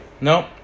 Nope